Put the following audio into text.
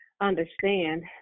understand